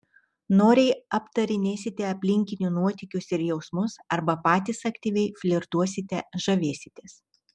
noriai aptarinėsite aplinkinių nuotykius ir jausmus arba patys aktyviai flirtuosite žavėsitės